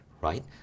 right